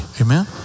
Amen